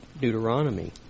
Deuteronomy